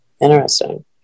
interesting